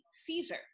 Caesar